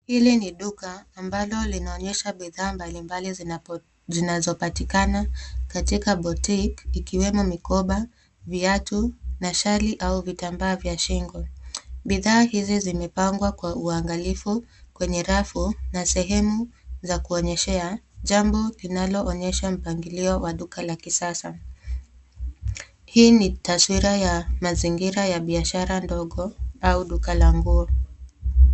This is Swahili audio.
Hili ni duka ambalo linaonyesha bidhaa mbalimbali zinazopatikana katika boutique ikiwemo mikoba, viatu na shali au vitambaa vya shingo. Bidhaa hizi zimepangwa kwa uangalifu kwenye rafu na sehemu za kuonyeshea jambo linaloonyesha mpangilio wa duka la kisasa. Hii ni taswira ya mazingira ya biashara ndogo au duka la nguo.